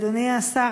אדוני השר,